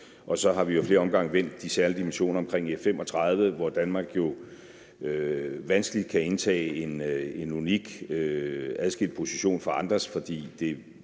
og så har vi jo ad flere omgange vendt de særlige dimensioner omkring F 35, hvor Danmark jo vanskeligt kan indtage en position, der er